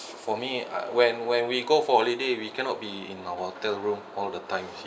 for me when when we go for holiday we cannot be in our hotel room all the time you see